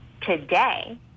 today